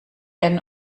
einen